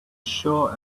sure